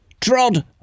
trod